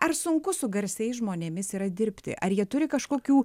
ar sunku su garsiais žmonėmis yra dirbti ar jie turi kažkokių